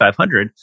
500